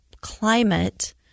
climate